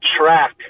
track